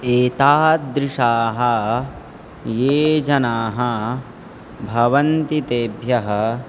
एतादृशाः ये जनाः भवन्ति तेभ्यः